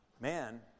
Man